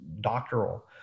doctoral